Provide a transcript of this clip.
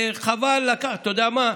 אתה יודע מה,